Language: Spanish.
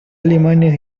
alemanes